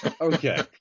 Okay